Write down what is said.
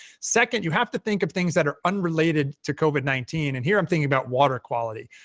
second, you have to think of things that are unrelated to covid nineteen, and here, i'm thinking about water quality.